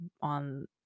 on